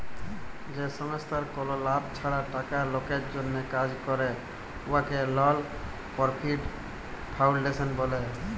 যে সংস্থার কল লাভ ছাড়া টাকা লকের জ্যনহে কাজ ক্যরে উয়াকে লল পরফিট ফাউল্ডেশল ব্যলে